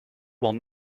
while